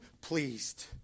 pleased